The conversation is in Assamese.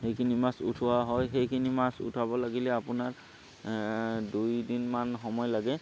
সেইখিনি মাছ উঠোৱা হয় সেইখিনি মাছ উঠাব লাগিলে আপোনাৰ দুইদিনমান সময় লাগে